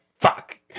fuck